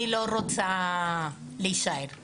אני לא רוצה להישאר.